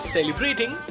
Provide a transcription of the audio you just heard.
Celebrating